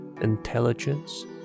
Intelligence